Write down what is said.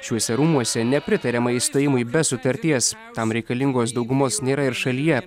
šiuose rūmuose nepritariama išstojimui be sutarties tam reikalingos daugumos nėra ir šalyje